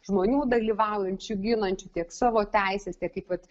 žmonių dalyvaujančių ginančių tiek savo teises tiek kaip vat